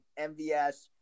MVS